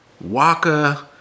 Waka